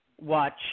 watch